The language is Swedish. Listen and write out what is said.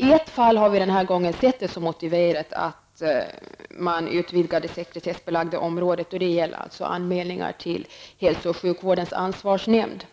I ett fall har vi den här gången sett det som motiverat att utvidga det sekretessbelagda området, och det gäller anmälningar till hälso och sjukvårdens ansvarsnämnd.